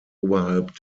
oberhalb